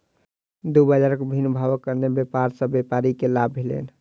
दू बजारक भिन्न भावक कारणेँ व्यापार सॅ व्यापारी के लाभ भेलैन